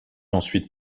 ensuite